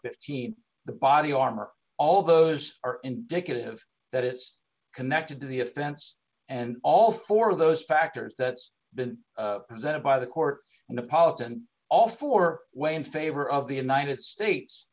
fifteen the body armor all those are indicative that it's connected to the offense and all four of those factors that's been presented by the court and the pots and all four way in favor of the united states